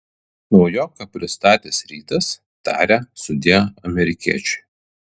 naujoką pristatęs rytas taria sudie amerikiečiui